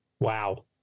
Wow